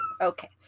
Okay